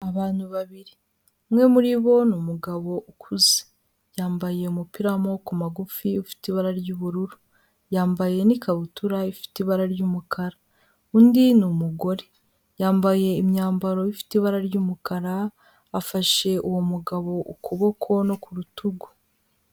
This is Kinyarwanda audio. Abantu babiri, umwe muri bo ni umugabo ukuze, yambaye umupira w'amaboko magufi ufite ibara ry'ubururu, yambaye n'ikabutura ifite ibara ry'umukara, undi ni umugore, yambaye imyambaro ifite ibara ry'umukara, afashe uwo mugabo ukuboko no ku rutugu.